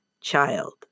child